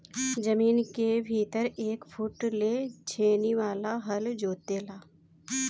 जमीन के भीतर एक फुट ले छेनी वाला हल जोते ला